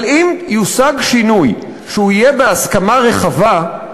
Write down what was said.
אבל אם יושג שינוי שיהיה בהסכמה רחבה,